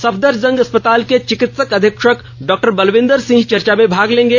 सफदरजंग अस्पताल के चिकित्सक अधीक्षक डॉ बलविन्दर सिंह चर्चा में भाग लेंगे